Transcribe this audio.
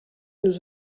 nous